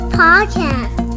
podcast